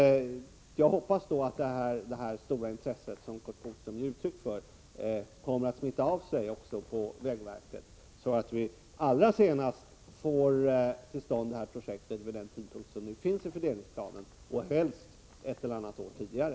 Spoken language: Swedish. Jag hoppas att det stora intresse som Curt Boström här ger uttryck för kommer att smitta av sig på vägverket, så att vi får till stånd detta projekt allra senast vid den tidpunkt som nu anges i länsvägplanen — helst ett eller annat år tidigare.